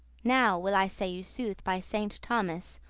now will i say you sooth, by saint thomas,